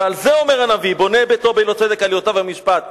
ועל זה אומר הנביא: "בונה ביתו בלא צדק ועליותיו בלא משפט".